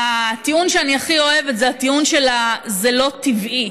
הטיעון שאני הכי אוהבת זה הטיעון שזה לא טבעי,